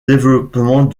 développement